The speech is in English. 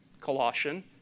Colossian